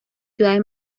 ciudades